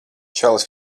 čalis